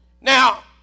Now